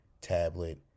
tablet